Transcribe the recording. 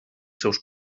seus